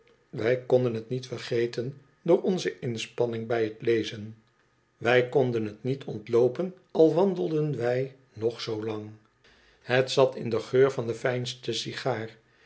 wij konden het niet vergeten door onze inspanning bij het lezen wij konden het niet ontloopen al wandelden wij nog zoolang het zat in de geur van de fijnste sigaar